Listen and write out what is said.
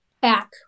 back